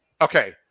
Okay